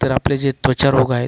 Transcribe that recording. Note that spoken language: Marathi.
तर आपले जे त्वचारोग आहेत